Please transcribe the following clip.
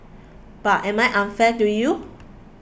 but am I unfair to you